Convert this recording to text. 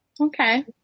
okay